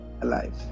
alive